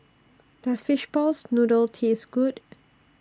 Does Fishball Noodle Taste Good